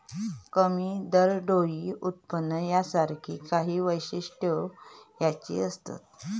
कमी दरडोई उत्पन्न यासारखी काही वैशिष्ट्यो ह्याची असत